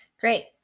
Great